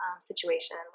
situation